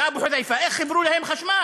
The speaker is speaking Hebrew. (אומר בערבית: יא אבו חוד'יפה?) איך חיברו להם חשמל?